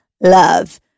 love